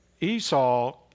Esau